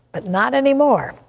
but not anymore.